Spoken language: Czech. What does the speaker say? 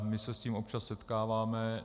My se s tím občas setkáváme.